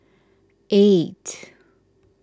eight